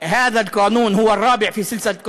רפואת שיניים,